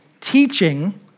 teaching